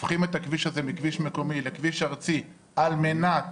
הופכים את הכביש הזה מכביש מקומי לכביש ארצי על מנת